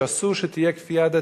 שאסור שתהיה כפייה דתית.